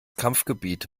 kampfgebiet